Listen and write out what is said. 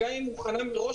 גם אם היא מוכנה מראש,